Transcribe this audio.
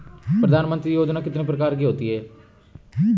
प्रधानमंत्री योजना कितने प्रकार की होती है?